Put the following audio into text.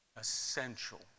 Essential